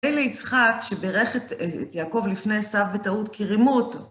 מילא יצחק, שבירך את יעקב לפני עשיו בטעות כי רימו אותו.